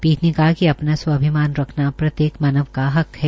पीठ ने कहा कि अपना स्वाभिमान रखना प्रत्येक मानव का हक है